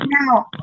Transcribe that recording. now